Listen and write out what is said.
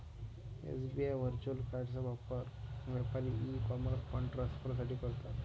SBI virtual कार्डचा वापर व्यापारी ई कॉमर्स फंड ट्रान्सफर साठी करतात